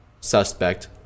suspect